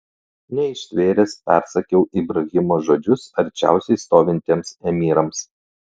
neištvėręs persakiau ibrahimo žodžius arčiausiai stovintiems emyrams